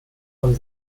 von